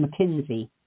McKinsey